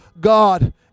God